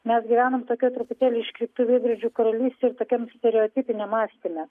mes gyvenam tokioj truputėlį iškreiptų veidrodžių karalystėj ir tokiam stereotipiniam mąstyme